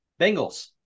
Bengals